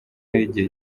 y’igihe